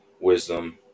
wisdom